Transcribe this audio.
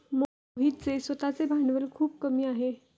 मोहितचे स्वतःचे भांडवल खूप कमी आहे